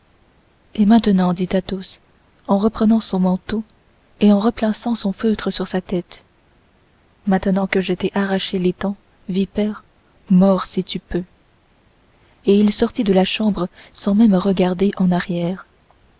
et maintenant dit athos en reprenant son manteau et en replaçant son feutre sur sa tête maintenant que je t'ai arraché les dents vipère mords si tu peux et il sortit de la chambre sans même regarder en arrière